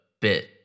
bit